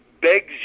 begs